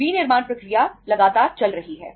विनिर्माण प्रक्रिया लगातार चल रही है